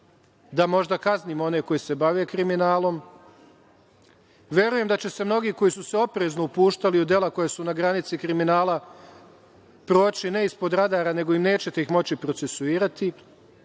da možda kaznimo one koji se bave kriminalom. Verujem da će se mnogi koji su se oprezno upuštali u dela koja su na granici kriminala, proći, ne ispod rada, nego nećete ih moći procesuirati,